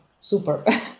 super